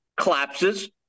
collapses